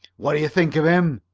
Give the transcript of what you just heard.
what do you think of him?